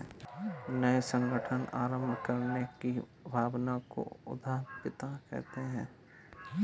नये संगठन आरम्भ करने की भावना को उद्यमिता कहते है